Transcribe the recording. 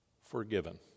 forgiven